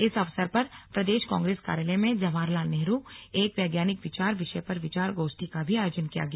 इस अवसर पर प्रदेश कांग्रेस कार्यालय में जवाहरलाल नेहरू एक वैज्ञानिक विचार विषय पर विचार गोष्ठी का भी आयोजन किया गया